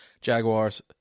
Jaguars